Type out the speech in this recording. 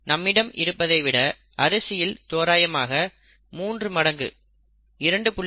நம்மிடம் இருப்பதை விட அரிசியில் தோராயமாக 3 மடங்கு 2